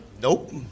Nope